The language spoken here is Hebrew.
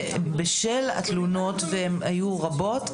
בשל התלונות והיו רבות.